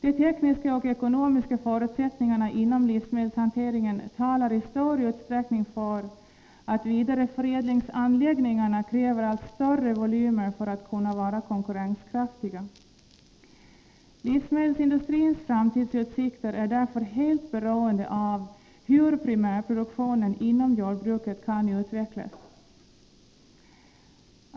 De tekniska och ekonomiska förutsättningarna inom livsmedelshanteringen talar i stor utsträckning för att vidareförädlingsanläggningarna kräver allt större volymer för att kunna vara konkurrenskraftiga. Livsmedelsindustrins framtidsutsikter är därför helt beroende av hur primärproduktionen inom jordbruket kan utvecklas.